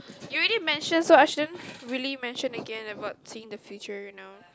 you already mention so I shouldn't really mention again about seeing the future you know